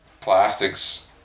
plastics